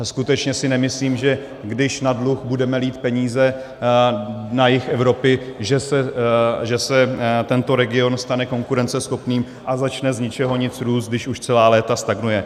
Skutečně si nemyslím, že když na dluh budete lít peníze na jih Evropy, že se tento region stane konkurenceschopným a začne z ničeho nic růst, když už celá léta stagnuje.